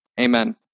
Amen